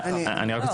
אני לא בטוחה.